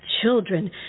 children